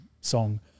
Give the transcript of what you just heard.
song